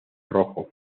rojo